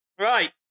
Right